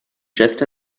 just